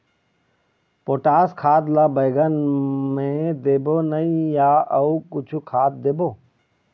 Potash खाद ला बैंगन मे देबो नई या अऊ कुछू खाद देबो?